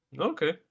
Okay